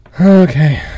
Okay